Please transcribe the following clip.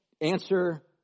Answer